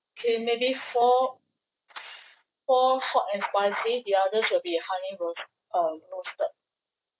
K maybe four four hot and spicy the others will be honey roas~ um roasted